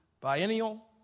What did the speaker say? biennial